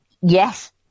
Yes